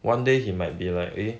one day he might be like a